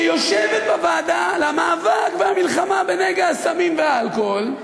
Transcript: שיושבת בוועדה למאבק והמלחמה בנגע הסמים והאלכוהול,